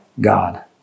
God